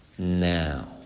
now